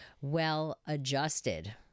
well-adjusted